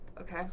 Okay